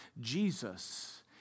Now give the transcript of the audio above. Jesus